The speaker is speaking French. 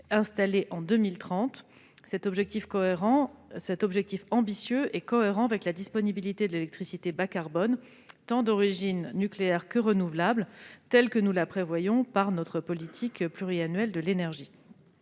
installés en 2030. Cet objectif ambitieux est cohérent avec la disponibilité d'électricité bas-carbone, d'origine tant nucléaire que renouvelable, que nous prévoyons dans le cadre de notre politique pluriannuelle de l'énergie.